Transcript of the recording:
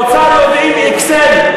באוצר יודעים "אקסל",